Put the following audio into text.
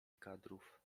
kadrów